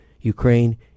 Ukraine